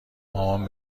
مامان